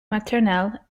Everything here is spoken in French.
maternelle